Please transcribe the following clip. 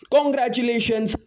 Congratulations